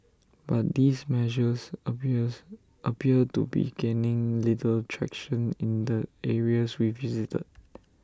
but these measures appears appear to be gaining little traction in the areas we visited